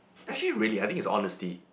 actually really I think is honesty